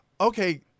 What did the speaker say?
okay